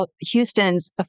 Houston's